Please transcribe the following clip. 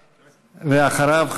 ואחריו,